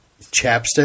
chapstick